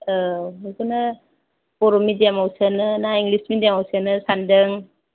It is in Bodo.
औ बेखौनो बर' मिदियामआव सोनो ना इंलिस मिदियामआव सोनो सानदों